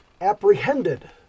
Apprehended